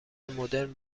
مدرن